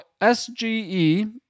SGE